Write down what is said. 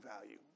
value